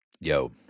Yo